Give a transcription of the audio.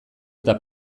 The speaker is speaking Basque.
eta